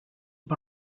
per